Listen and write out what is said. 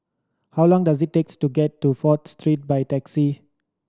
how long does it takes to get to Fourth Street by taxi